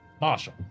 Marshal